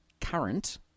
current